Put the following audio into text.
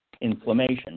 inflammation